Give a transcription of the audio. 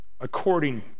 according